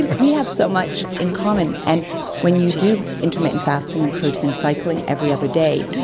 we have so much in common. and when you do intermittent fasting and protein cycling every other day,